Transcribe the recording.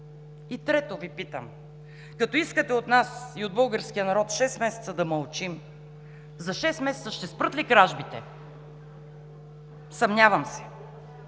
Трето, Ви питам като искате от нас и от българския народ шест месеца да мълчим, за шест месеца ще спрат ли кражбите? Съмнявам се.